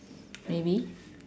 maybe